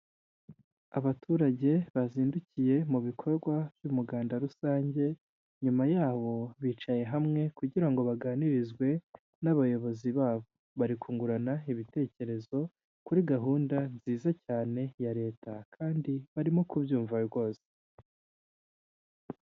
Abaturage bazindukiye mu bikorwa by'umuganda rusange, nyuma ya bicaye hamwe kugira ngo baganirizwe n'abayobozi babo, bari kungurana ibitekerezo kuri gahunda nziza cyane ya leta kandi barimo kubyumva rwose.